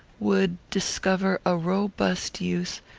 would discover a robust youth,